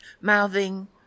mouthing